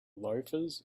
loafers